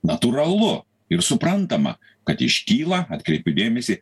natūralu ir suprantama kad iškyla atkreipiu dėmesį